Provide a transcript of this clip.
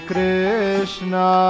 Krishna